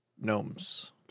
Gnomes